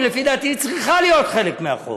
ולפי דעתי היא צריכה להיות חלק מהחוק.